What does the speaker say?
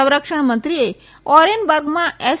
સંરક્ષણમંત્રીએ ઓરેનબર્ગમાં એસ